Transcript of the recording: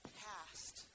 past